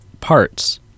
parts